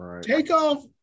Takeoff